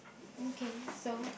okay so